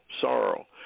sorrow